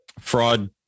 fraud